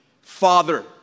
father